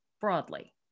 broadly